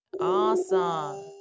Awesome